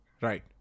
right